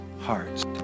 hearts